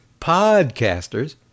podcasters